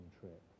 trip